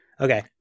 Okay